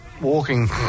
walking